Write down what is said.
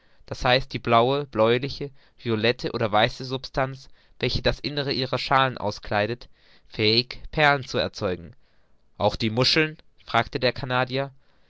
d h die blaue bläuliche violette oder weiße substanz welche das innere ihrer schalen auskleidet fähig perlen zu erzeugen auch die muscheln fragte der